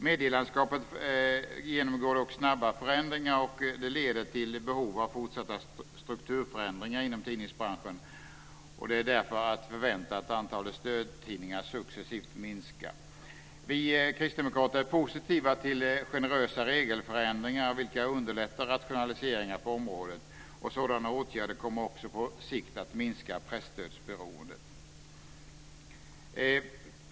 Medielandskapet genomgår dock snabba förändringar som kommer att leda till behov av fortsatta strukturförändringar inom tidningsbranschen. Det är därför att förvänta att antalet stödtidningar successivt minskar. Vi kristdemokrater är positiva till generösa regelförändringar, vilka underlättar rationaliseringar på området. Sådana åtgärder kommer också på sikt att minska presstödsberoendet.